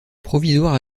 provisoire